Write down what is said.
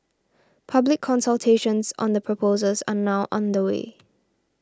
public consultations on the proposals are now underway